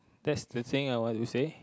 that's the thing I want to say